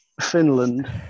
Finland